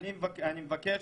אני מבקש,